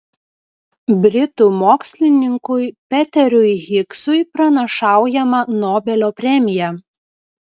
britų mokslininkui peteriui higsui pranašaujama nobelio premija